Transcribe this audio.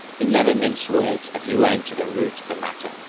he never minced words and he went to the root of the matter.